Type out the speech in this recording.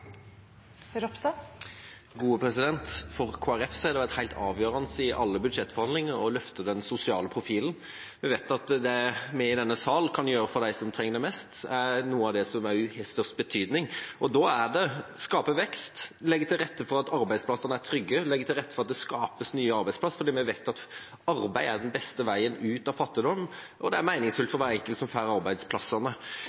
For Kristelig Folkeparti har det vært helt avgjørende i alle budsjettforhandlinger å løfte den sosiale profilen. Vi vet at det vi i denne salen kan gjøre for dem som trenger det mest, er noe av det som har størst betydning. Det er å skape vekst, legge til rette for at arbeidsplassene er trygge, legge til rette for at det skapes nye arbeidsplasser, fordi vi vet at arbeid er den beste veien ut av fattigdom, og det er